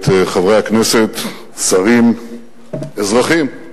את חברי הכנסת, שרים, אזרחים,